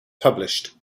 published